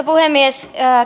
puhemies